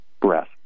breath